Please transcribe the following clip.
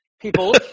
people